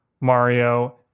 Mario